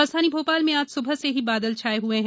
राजधानी भोपाल में आज सुबह से ही बादल छाये हुए हैं